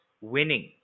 winning